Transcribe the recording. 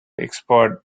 expert